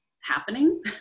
happening